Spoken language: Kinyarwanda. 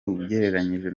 ugereranyije